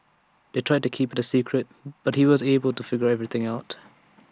they tried to keep IT A secret but he was able to figure everything out